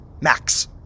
Max